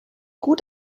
gut